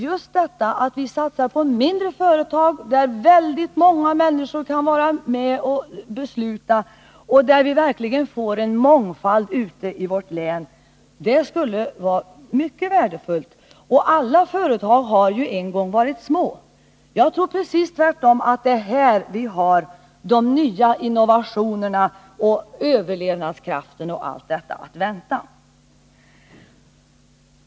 Just detta att vi satsar på mindre företag, där väldigt många människor kan vara med och besluta och som vi verkligen får en mångfald av ute i vårt län, skulle vara mycket värdefullt. Och alla företag har ju en gång varit små. Jag tror att det är just här som vi har innovationerna, överlevnadskraften och allt annat att vänta.